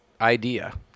idea